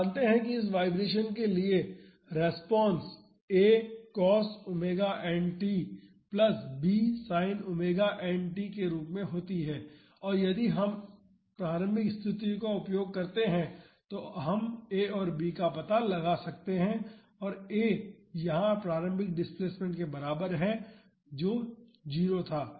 हम जानते हैं कि इस फ्री वाइब्रेशन के लिए response a cos ⍵nt plus b sin ⍵nt के रूप में होती है और यदि हम प्रारंभिक स्थितियों का उपयोग करते हैं तो हम a और b का पता लगा सकते हैं और ए यहां प्रारंभिक डिस्प्लेसमेंट के बराबर है जो 0 था